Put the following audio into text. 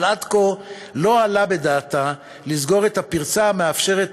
אבל עד כה לא עלה בדעתה לסגור את הפרצה המאפשרת